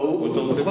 הוא לא יכול